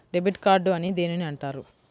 Debit card అని దేనిని అంటారు?